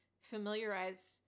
familiarize